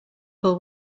pool